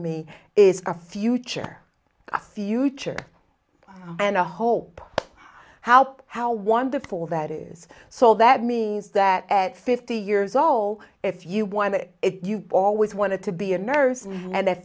me is a future a future and a hope how how wonderful that is so that means that at fifty years old if you want to if you've always wanted to be a nurse and